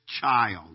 child